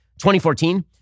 2014